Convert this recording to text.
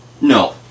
No